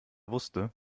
wusste